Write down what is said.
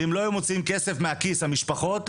ואם הם לא היו מוציאים כסף מהכיס המשפחות,